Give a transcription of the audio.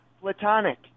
platonic